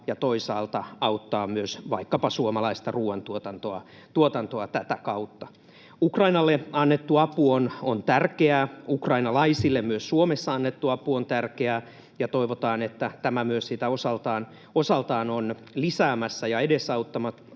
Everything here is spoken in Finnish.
ja toisaalta auttaa myös vaikkapa suomalaista ruoantuotantoa tätä kautta. Ukrainalle annettu apu on tärkeää, ukrainalaisille myös Suomessa annettu apu on tärkeää, ja toivotaan, että tämä myös sitä osaltaan on lisäämässä ja edesauttamassa.